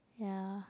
ya